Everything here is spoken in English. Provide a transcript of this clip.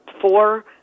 four